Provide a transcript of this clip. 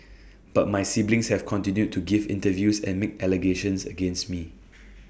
but my siblings have continued to give interviews and make allegations against me